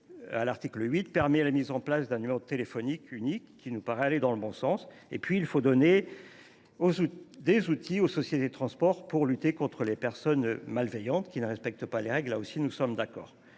article 8 permet la mise en place d’un numéro téléphonique unique, ce qui nous paraît aller dans le bon sens. Enfin, il faut donner des outils aux sociétés de transport pour lutter contre les personnes malveillantes qui ne respectent pas les règles – là aussi, nous sommes d’accord.